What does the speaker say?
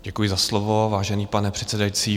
Děkuji za slovo, vážený pane předsedající.